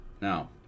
now